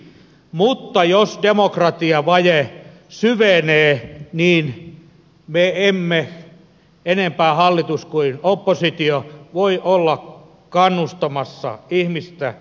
mutta jos demokratiavaje syvenee niin me emme enempää hallitus kuin oppositio voi olla kannustamassa ihmisiä omatoimisuuteen